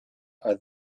are